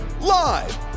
live